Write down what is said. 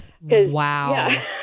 wow